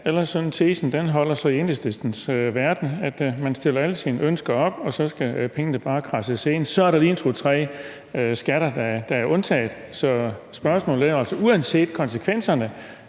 Ellers holder den tese i Enhedslistens verden, at man stiller alle sine ønsker op, og så skal pengene bare kradses ind. Så er der lige to-tre skatter, der er undtaget. Så spørgsmålet er, om skatterne